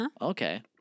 Okay